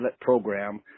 Program